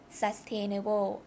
sustainable